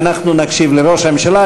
ואנחנו נקשיב לראש הממשלה,